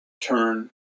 turn